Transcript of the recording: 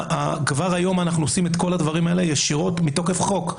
כבר היום אנחנו עושים את כל הדברים האלה ישירות מתוקף חוק.